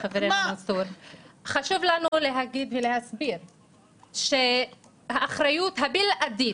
חשוב לנו להגיד ולהסביר שהאחריות הבלעדית,